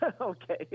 Okay